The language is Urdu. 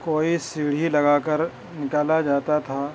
کوئی سیڑھی لگا کر نکالا جاتا تھا